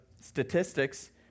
statistics